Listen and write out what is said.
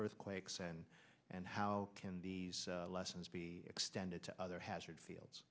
earthquakes and and how can these lessons be extended to other hazard fields